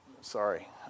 sorry